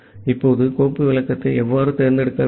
இப்போது கோப்பு விளக்கத்தை எவ்வாறு தேர்ந்தெடுக்க வேண்டும்